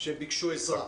שביקשו עזרה.